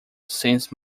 since